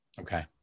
Okay